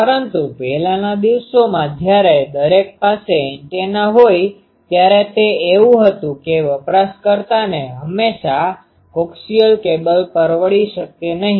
પરંતુ પહેલાના દિવસોમાં જ્યારે દરેક પાસે એન્ટેના હોય ત્યારે તે એવું હતું કે વપરાશકર્તા ને હંમેશાં કોઅક્સિયલ કેબલ પરવડી શકે નહીં